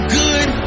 good